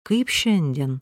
kaip šiandien